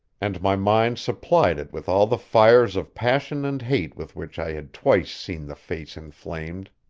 and my mind supplied it with all the fires of passion and hate with which i had twice seen the face inflamed.